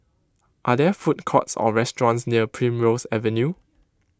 are there food courts or restaurants near Primrose Avenue